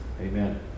Amen